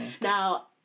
Now